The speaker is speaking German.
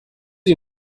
die